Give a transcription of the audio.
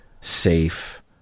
safe